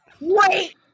Wait